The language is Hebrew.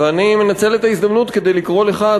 ואני מנצל את ההזדמנות כדי לקרוא לך,